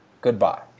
Goodbye